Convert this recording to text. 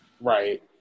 Right